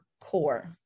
core